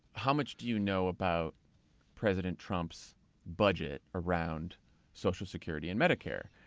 how much do you know about president trump's budget around social security and medicare?